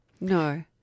No